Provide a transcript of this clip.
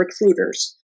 recruiters